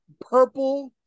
purple